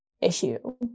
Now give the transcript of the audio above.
issue